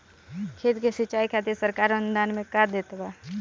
खेत के सिचाई खातिर सरकार अनुदान में का देत बा?